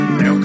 no